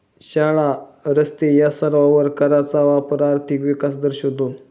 शाळा, रस्ते या सर्वांवर कराचा वापर आर्थिक विकास दर्शवतो